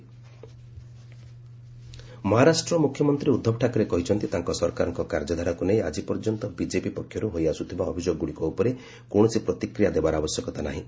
ମହା budget session Maharashtra ମୁଖ୍ୟମନ୍ତ୍ରୀ ଉଦ୍ଧବ ଠାକ୍ରେ କହିଛନ୍ତି ତାଙ୍କ ସରକାରଙ୍କ କାର୍ଯ୍ୟଧାରାକୁ ନେଇ ଆଜି ପର୍ଯ୍ୟନ୍ତ ବିଜେପି ପକ୍ଷରୁ ହୋଇଆସୁଥିବା ଅଭିଯୋଗଗୁଡ଼ିକ ଉପରେ କୌଣସି ପ୍ରତିକ୍ରିୟା ଦେବାର ଆବଶ୍ୟକତା ନାହିଁ